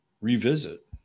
revisit